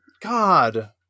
God